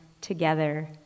together